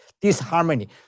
disharmony